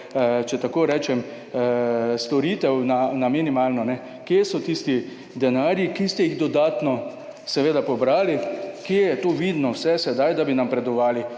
če tako rečem, storitev na minimalno, kje so tisti denarji, ki ste jih dodatno seveda pobrali, kje je to vidno vse sedaj, da bi napredovali?